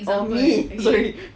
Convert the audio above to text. oh me sorry